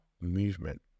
movement